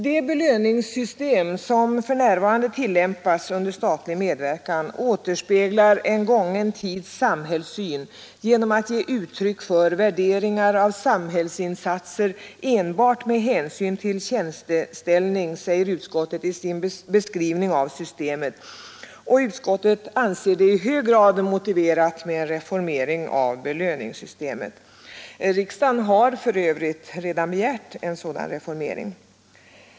”De belöningssystem som för närvarande tillämpas under statlig medverkan återspeglar en gången tids samhällssyn genom att ge uttryck för värderingar av samhällsinsatser enbart med hänsyn till tjänsteställning”, säger utskottet i sin beskrivning av systemet, och utskottet anser det i hög grad motiverat med en reformering av belöningssystemet. Riksdagen har för övrigt redan begärt en sådan reformering.